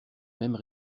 mêmes